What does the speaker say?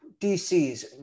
DCs